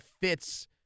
fits